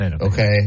Okay